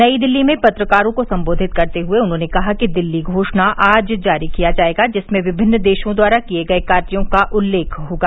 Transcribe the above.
नई दिल्ली में पत्रकारों को संबोधित करते हुए उन्होंने कहा कि दिल्ली घोषणा आज जारी किया जाएगा जिसमें विभिन्न देशों द्वारा किए गए कार्यों का उल्लेख होगा